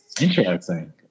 Interesting